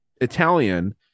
Italian